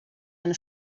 eine